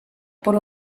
por